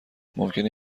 ممکنه